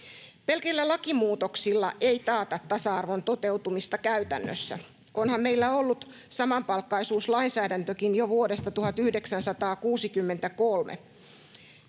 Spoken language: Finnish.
Pelkillä lakimuutoksilla ei taata tasa-arvon toteutumista käytännössä. Onhan meillä ollut samapalkkaisuuslainsäädäntökin jo vuodesta 1963.